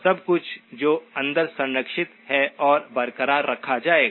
सब कुछ जो अंदर संरक्षित है उसे बरकरार रखा जाएगा